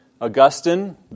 Augustine